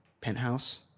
Penthouse